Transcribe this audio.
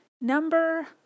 Number